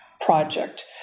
project